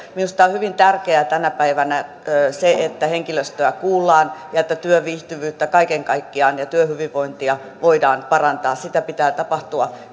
minusta on on hyvin tärkeää tänä päivänä se että henkilöstöä kuullaan ja että työviihtyvyyttä ja työhyvinvointia kaiken kaikkiaan voidaan parantaa sitä pitää tapahtua